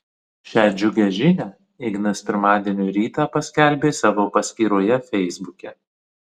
šią džiugią žinią ignas pirmadienio rytą paskelbė savo paskyroje feisbuke